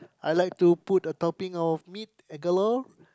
I like to put a topping of meat galore